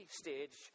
stage